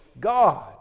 God